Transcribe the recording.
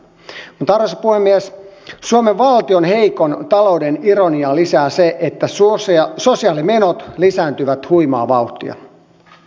mutta arvoisa puhemies suomen valtion heikon talouden ironiaa lisää se että sosiaalimenot lisääntyvät huimaa vauhtia